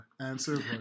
answer